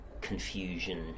confusion